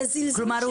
כלומר,